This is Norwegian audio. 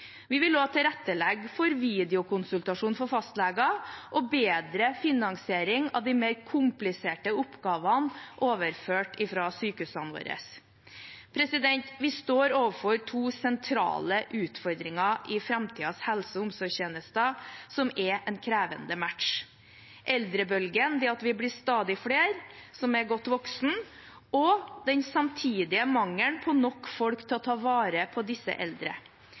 Vi vil også tilrettelegge for videokonsultasjon for fastleger og bedre finansiering av de mer kompliserte oppgavene overført fra sykehusene våre. Vi står overfor to sentrale utfordringer i framtidens helse- og omsorgstjenester som er en krevende match: eldrebølgen – det at vi blir stadig flere som er godt voksne – og den samtidige mangelen på nok folk til å ta vare på disse eldre.